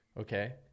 okay